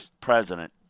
president